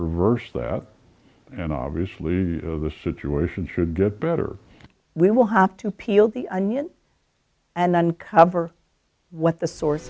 reverse that and obviously the situation should get better we will have to peel the onion and uncover what the source